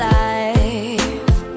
life